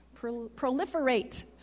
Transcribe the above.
proliferate